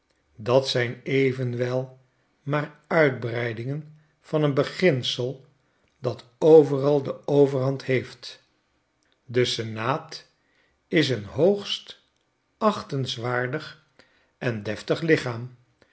dat zijn evenwel maar uitbreidingen van een beginsel dat overal de overhand heeft de senaat is een hoogst achtenswaardig en deftig lichaam